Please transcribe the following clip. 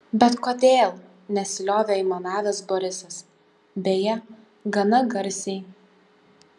bet kodėl nesiliovė aimanavęs borisas beje gana garsiai